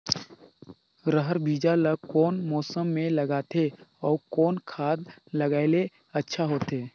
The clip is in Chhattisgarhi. रहर बीजा ला कौन मौसम मे लगाथे अउ कौन खाद लगायेले अच्छा होथे?